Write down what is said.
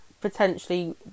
potentially